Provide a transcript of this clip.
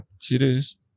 Serious